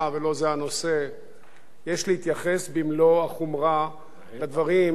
יש להתייחס במלוא החומרה לדברים שהשמיע יובל דיסקין באותו מועד,